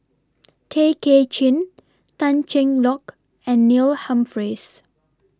Tay Kay Chin Tan Cheng Lock and Neil Humphreys